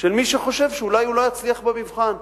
של מי שחושב שאולי הוא לא יצליח במבחן.